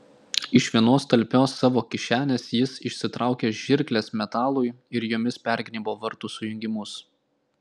iš vienos talpios savo kišenės jis išsitraukė žirkles metalui ir jomis pergnybo vartų sujungimus